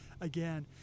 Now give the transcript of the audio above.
again